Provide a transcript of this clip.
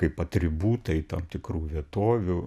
kaip atributai tam tikrų vietovių